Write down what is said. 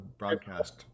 broadcast